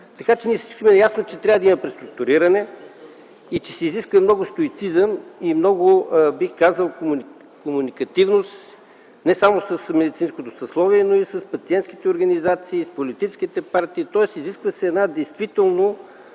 така че всички сме наясно, че трябва да има преструктуриране и че се изисква много стоицизъм и много, бих казал, комуникативност не само с медицинското съсловие, но и с пациентските организации, с политическите партии, тоест се изисква действително